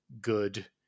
good